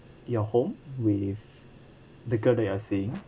your home with the girl that you are seeing